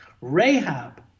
Rahab